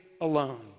alone